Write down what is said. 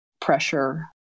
pressure